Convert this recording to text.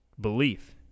belief